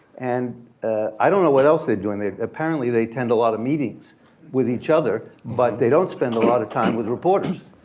and ah i don't know what else they're doing. apparently, they attend a lot of meetings with each other, but they don't spend a lot of time with reporters.